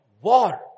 War